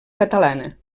catalana